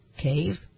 cave